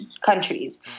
countries